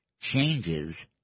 changes